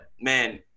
man